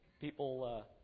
people